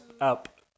up